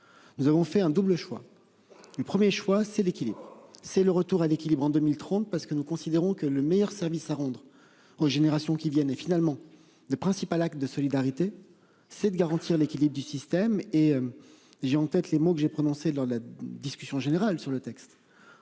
Nous avons fait un double choix. Du premier choix c'est l'équilibre. C'est le retour à l'équilibre en 2030 parce que nous considérons que le meilleur service à rendre aux générations qui viennent et finalement le principal acte de solidarité, c'est de garantir l'équilibre du système et. J'ai en tête les mots que j'ai prononcée dans la discussion générale sur le texte.